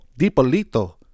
DiPolito